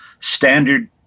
standard